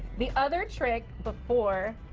the other trick before